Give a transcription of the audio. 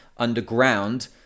underground